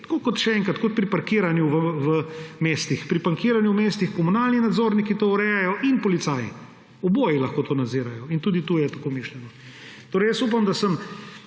obeh. Še enkrat, kot pri parkiranju v mestih. Pri parkiranju v mestih komunalni nadzorniki to urejajo in policija. Oboji lahko to nadzirajo in tudi tu je tako mišljeno. Upam, da sem